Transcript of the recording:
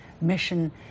mission